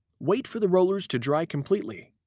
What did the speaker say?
wait for the rollers to dry completely.